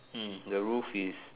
hmm the roof is